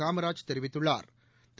காமராஜ் தெரிவித்துள்ளாா்